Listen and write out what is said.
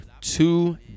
two